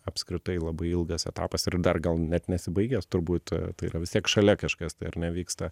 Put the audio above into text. apskritai labai ilgas etapas ir dar gal net nesibaigęs turbūt tai yra vis tiek šalia kažkas tai ar ne vyksta